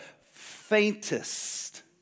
faintest